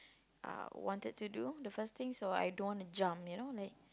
uh wanted to do the first things so I don't want to jump you know like